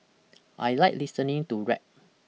I like listening to rap